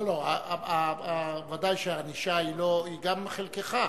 לא, לא, ודאי שהענישה היא גם חלקך.